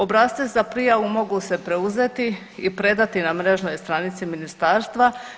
Obrasci za prijavu mogu se preuzeti i predati na mrežnoj stranici ministarstva.